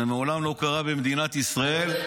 זה מעולם לא קרה במדינת ישראל.